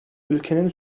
ülkenin